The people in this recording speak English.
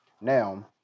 Now